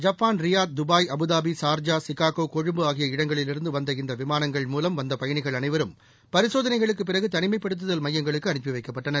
ஜப்பான்ஹ ரியாத்ஹ துபாய்ஹ அபுதாபிலு சார்ஜாலு சிகாகோலு கொழும்பு ஆகிய இடங்களிலிருந்து வந்த இந்த விமானங்கள் மூலம் வந்த பயணிகள் அனைவரும் பரிசோதனைகளுக்குப் பிறகு இ தனிமைப்படுத்தல் மையங்களுக்கு அனுப்பிவைக்கப்பட்டனர்